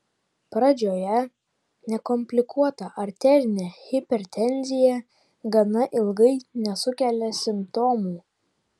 pradžioje nekomplikuota arterinė hipertenzija gana ilgai nesukelia simptomų